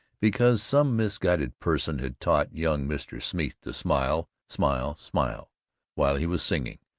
because some misguided person had taught young mr. smeeth to smile, smile, smile while he was singing,